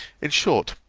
in short,